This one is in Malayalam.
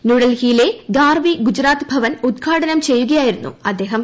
ന്യൂഡൽഹിയിലെ ഗാർവി ഗുജറാത്ത് ഭവൻ ഉദ്ഘാട്ട്ഈ ചെയ്യുകയായിരുന്നു അദ്ദേഹം